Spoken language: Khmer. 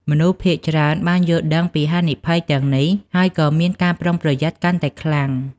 មនុស្សភាគច្រើនបានយល់ដឹងពីហានិភ័យទាំងនេះហើយក៏មានការប្រុងប្រយ័ត្នកាន់តែខ្លាំង។